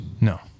No